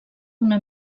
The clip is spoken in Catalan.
una